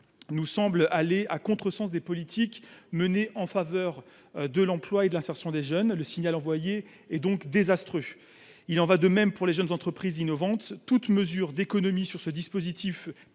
nous semble aller à contre courant des politiques menées en faveur de l’emploi et de l’insertion des jeunes. Le signal envoyé est donc désastreux. Il en va de même pour les jeunes entreprises innovantes. Toute mesure d’économie sur ce dispositif